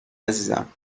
عزیزم